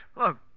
Look